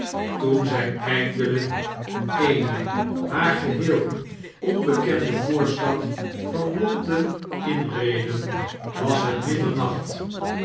toen zij eindelijk eene haar geheel onbekende voorstad van londen inreden was het middernacht